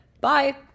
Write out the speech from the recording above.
Bye